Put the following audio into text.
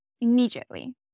immediately